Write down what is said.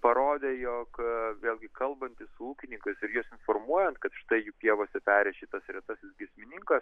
parodė jog vėlgi kalbantis su ūkininkais ir juos informuojant kad štai jų pievose peri šitas retasis giesmininkas